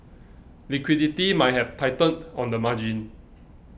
liquidity might have tightened on the margin